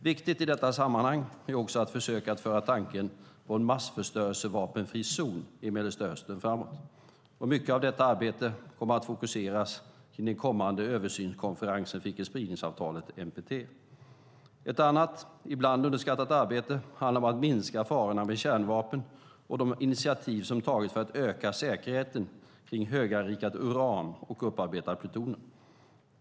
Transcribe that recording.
Viktigt i detta sammanhang är också att försöka att föra tanken på en massförstörelsevapenfri zon i Mellanöstern framåt. Mycket av detta arbete kommer att fokuseras kring den kommande översynskonferensen för icke-spridningsavtalet NPT. Ett annat ibland underskattat arbete handlar om att minska farorna med kärnvapen och de initiativ som tagits för att öka säkerheten kring höganrikat uran och upparbetat plutonium.